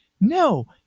No